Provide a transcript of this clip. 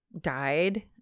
died